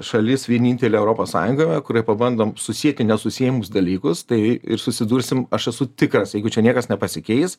šalis vienintelė europos sąjungoje kurioj pabandom susieti nesusiejamus dalykus tai ir susidursim aš esu tikras jeigu čia niekas nepasikeis